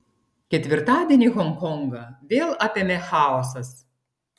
ketvirtadienį honkongą vėl apėmė chaosas